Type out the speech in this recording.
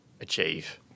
achieve